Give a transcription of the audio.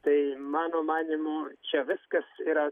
tai mano manymu čia viskas yra